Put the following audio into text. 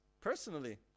personally